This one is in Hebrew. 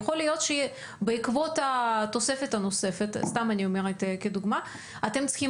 ויכול להיות שבעקבות התוספת הנוספת אתם צריכים